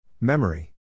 Memory